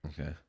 okay